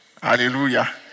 Hallelujah